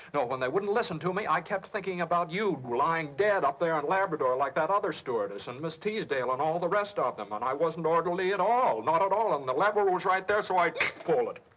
no, when they wouldn't listen to me, i kept thinking about you, lying dead up there in labrador, like that other stewardess. and miss teasdale, and all the rest of them. and i wasn't orderly at all. not at all. and the lever was right there so i pulled it.